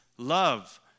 Love